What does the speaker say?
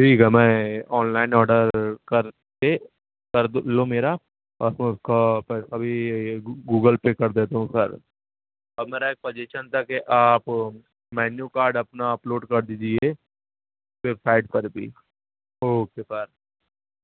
ٹھیک ہے میں آن لائن آڈر کر کے كر دو لو میرا اور آپ كا پیسہ بھی گوگل پے کر دیتا ہوں سر اور میرا ایک سجیشن تھا کہ آپ مینیو کارڈ اپںا اپ لوڈ کردیجیے ویب سائٹ پر بھی اوکے بائی